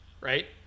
right